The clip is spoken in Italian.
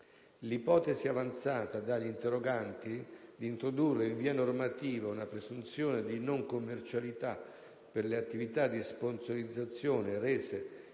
L'ipotesi avanzata dagli interroganti di introdurre in via normativa una presunzione di non commercialità per le attività di sponsorizzazione rese